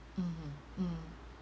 mmhmm mm